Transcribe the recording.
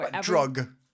drug